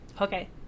Okay